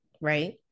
right